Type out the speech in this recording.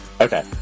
okay